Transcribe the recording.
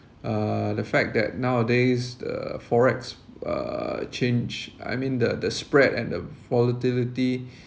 uh the fact that nowadays the forex uh change I mean the the spread and the volatility